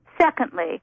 Secondly